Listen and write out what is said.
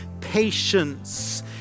patience